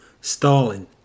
Stalin